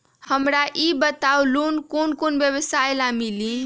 हमरा ई बताऊ लोन कौन कौन व्यवसाय ला मिली?